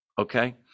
Okay